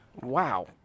Wow